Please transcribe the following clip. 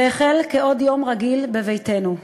זה החל כעוד יום רגיל בביתנו.